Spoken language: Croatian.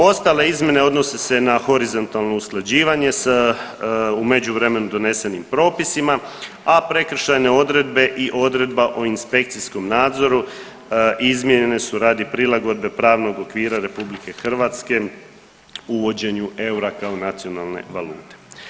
Ostale izmjene odnose se na horizontalno usklađivanje s u međuvremenu donesenim propisima, a prekršajne odredbe i odredba o inspekcijskom nadzoru izmijenjene su radi prilagodbe pravnog okvira RH uvođenju eura kao nacionalne valute.